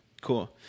cool